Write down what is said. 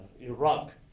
Iraq